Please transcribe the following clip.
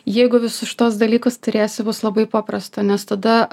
jeigu visus šituos dalykus turėsi bus labai paprasta nes tada